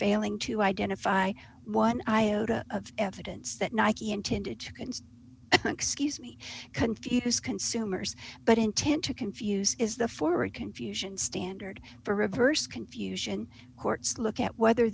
failing to identify one iota of evidence that nike intended to can excuse me confuse consumers but intent to confuse is the forward confusion standard for reverse confusion courts look at whether